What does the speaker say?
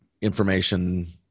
information